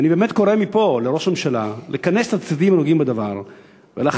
ואני באמת קורא מפה לראש הממשלה לכנס את הצדדים הנוגעים בדבר ולהכריע,